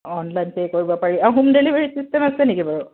অ' online pay কৰিব পাৰি আৰু হোম ডেলিভাৰী ছিষ্টেম আছে নেকি বাৰু